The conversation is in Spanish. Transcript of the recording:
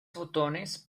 fotones